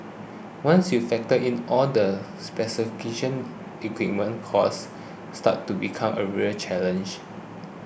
once you factor in all the specific kitchen equipment cost starts to become a real challenge